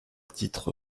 titre